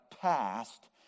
passed